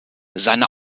seine